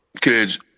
kids